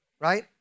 right